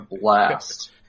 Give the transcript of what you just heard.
blast